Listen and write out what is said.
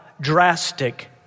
drastic